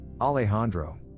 Alejandro